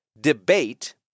debate